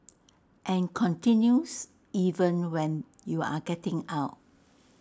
and continues even when you're getting out